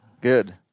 Good